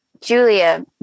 Julia